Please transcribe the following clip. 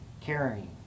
carrying